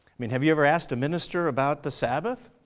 i mean have you ever asked a minister about the sabbath?